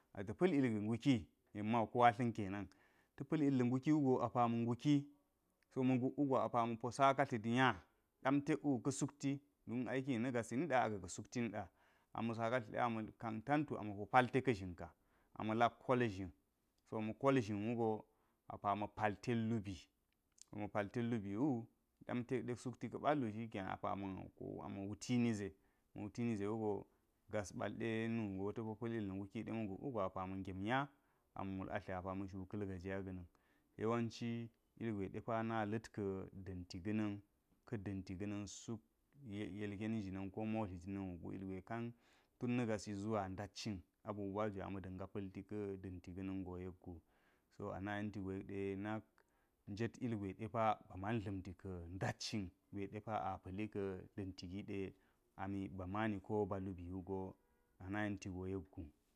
A ta̱ pa̱l ilga̱ nguki ta̱ pa̱l ilga̱ nguki wugo apa ma̱ ngluki so ‘ma̱ nguk wugo apa ma̱po saka tlidnya, ɗam tet wu ka̱ sukti don aiki na̱ gasi niɗa aga̱ ka sukti niɗa, ama, saka tlidnya a ma kantu amopo pal ma̱ kol zhin wugo apa ma̱ pal ted lubi ama̱ pal ted lubi wudan ted ɗe sukti ka̱ ballu ama̱ wuti ne ze ma̱ wuti ni ze wuga gas balde nugo ta̱po pal illga̱ nguki di ma̱ nguk wugo apa ma̱ ngem nya ama̱ mul atli ama̱ shuka̱l gajiya ga̱na̱n yewanci ilgwe depa na la̱k ka̱ da̱nti ga̱ na̱n ka̱ da̱nti ga̱ na̱nsuk yel keni jina̱n ko modli jina̱n wuggu ilgwe kan tun na̱ gasi zuwa ndat cin abubuwa jwe ama̱ pita pa̱lti ka̱ da̱nti ga̱ na̱n go yek gu-sa ana yekti go yek de nak jet ilgwe depa ba man dla̱mti ka̱ nda̱t cin gwe depa a pali ka̱ da̱nti giɗe ami bamani ko ba lubi wugo ama yenti go yek gu.